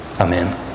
Amen